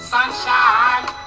Sunshine